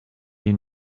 you